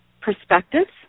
perspectives